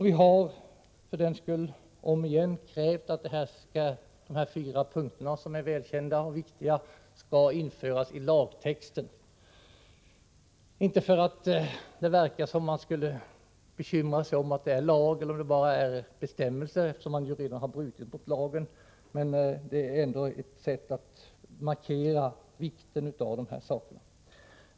Vi har för den skull återigen krävt att de fyra nämnda punkterna, som är välkända och viktiga, skall införas i lagtexten. Inte för att det verkar som om man bekymrar sig om att det finns en lag, eftersom man redan har brutit mot den, men införandet av de här bestämmelserna är ändå ett sätt att markera vikten av dessa frågor.